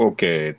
Okay